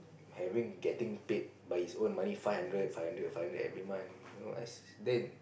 having getting paid by his own money five hundred five hundred five hundred every month you know then